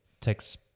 takes